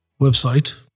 website